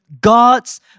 God's